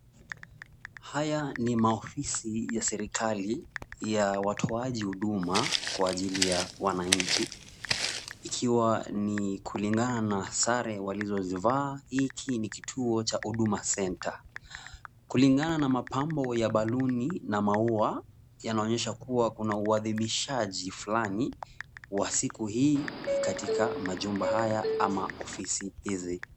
Haya ni maofisi ya serikali ya watoaji huduma kwa ajili ya wananchi ikiwa ni kulingana na sare walizozivaa. Hiki ni kituo cha Huduma Centre kulingana na mapambo ya baluni na maua yanaonyesha kuwa kuna uwadhibishaji fulani wa siku hii katika majumba haya ama ofisi hizi.